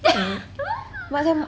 sebab saya mak~